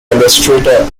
illustrator